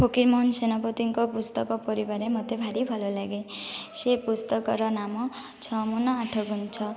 ଫକୀରମୋହନ ସେନାପତିଙ୍କ ପୁସ୍ତକ ପଢ଼ିବାରେ ମୋତେ ଭାରି ଭଲ ଲାଗେ ସେ ପୁସ୍ତକର ନାମ ଛଅ ମାଣ ଆଠଗୁଣ୍ଠ